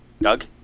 Doug